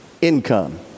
Income